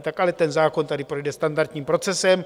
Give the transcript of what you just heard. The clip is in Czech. Tak ale ten zákon tady projde standardním procesem.